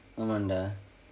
ஆமாம்:aamaam dah